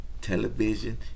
television